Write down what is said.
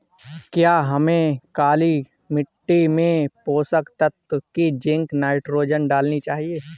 क्या हमें काली मिट्टी में पोषक तत्व की जिंक नाइट्रोजन डालनी चाहिए?